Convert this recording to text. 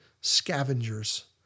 scavengers